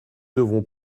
devons